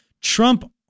Trump